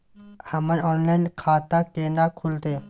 हमर ऑनलाइन खाता केना खुलते?